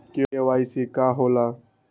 KYC का होला?